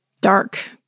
dark